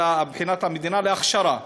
בחינת המדינה, להכשרה.